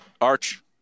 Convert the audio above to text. Arch